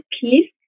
peace